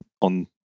on